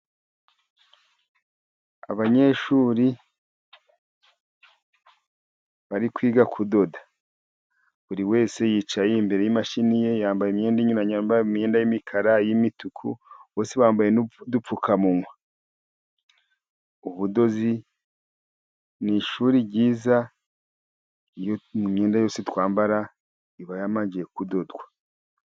Abanyeshuri bari kwiga kudoda, buri wese yicaye imbere yimashini ye bambaye imyenda inyuranye, hari uw'ambaye imyenda y'imikara y'imituku, bose bambaye n'udupfukamunwa, ubudozi ni ishuri ryiza, imyenda yose twambara iba yabanje kudodwa.